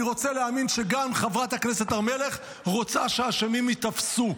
אני רוצה להאמין שגם חברת הכנסת הר מלך רוצה שהאשמים ייתפסו.